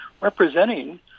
representing